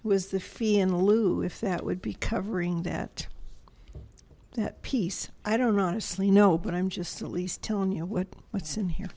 was the fee in lieu if that would be covering that that piece i don't honestly know but i'm just at least telling you know what what's in here